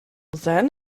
then